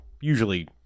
usually